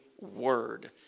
word